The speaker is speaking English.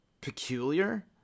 peculiar